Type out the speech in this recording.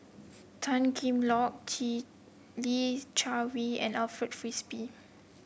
Tan Cheng Lock Li Jiawei and Alfred Frisby